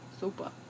Super